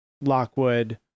Lockwood